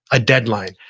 a deadline,